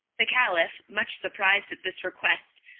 the caliph, much surprised at this request,